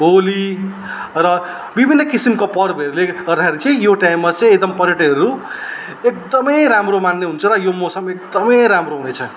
होली र विभिन्न किसिमको पर्वहरूले गर्दाखेरि चाहिँ यो टाइममा चाहिँ एकदम पर्यटकहरू एकदमै राम्रो मान्ने हुन्छ र यो मौसम एकदमै राम्रो हुनेछ